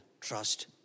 trust